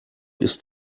ist